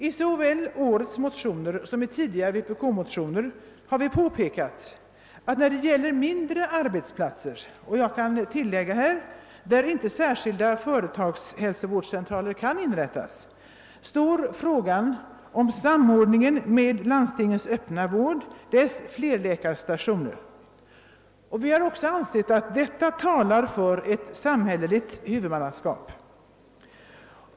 I såväl årets som tidigare vpk-motioner har vi påpekat att när det gäller mindre arbetsplatser, där inte särskilda företagshälsovårdscentraler kan inrättas, måste en samordning med landstingens öppna vård och dess flerläkarstationer övervägas, och vi har ansett att även detta talar för ett samhälleligt huvudmannaskap.